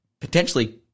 potentially